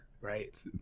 right